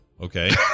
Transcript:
okay